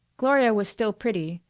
gloria was still pretty,